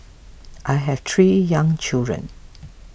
I have three young children